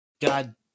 God